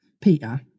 Peter